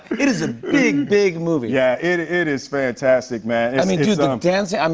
it is a big, big movie. yeah, it it is fantastic, man. i mean, dude, the um dancing. um